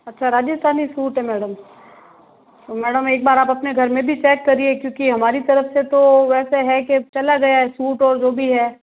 अच्छा राजस्थानी सूट है madam madam एक बार आप अपने घर में भी चेक करिए क्योंकि हमारी तरफ से तो वैसे है के चला गया है सूट है जो भी है